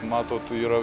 matot yra